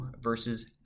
versus